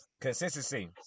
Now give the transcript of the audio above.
Consistency